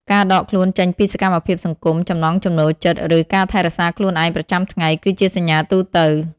ការដកខ្លួនចេញពីសកម្មភាពសង្គម ចំណង់ចំណូលចិត្ត ឬការថែរក្សាខ្លួនឯងប្រចាំថ្ងៃ គឺជាសញ្ញាទូទៅ។